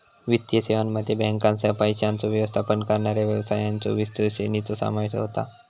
वित्तीय सेवांमध्ये बँकांसह, पैशांचो व्यवस्थापन करणाऱ्या व्यवसायांच्यो विस्तृत श्रेणीचो समावेश होता